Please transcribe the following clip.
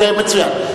אוקיי, מצוין.